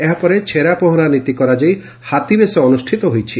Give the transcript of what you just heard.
ଏହାପରେ ଛେରାପହଁରା ନୀତି କରାଯାଇ ହାତୀବେଶ ଅନୁଷିତ ହୋଇଛି